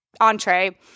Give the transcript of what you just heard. entree